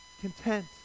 content